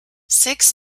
six